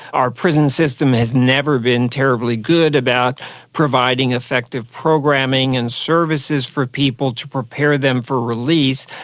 our prison system has never been terribly good about providing effective programming and services for people to prepare them for release.